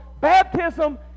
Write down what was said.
baptism